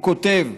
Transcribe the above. הוא כותב,